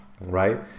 right